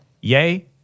yay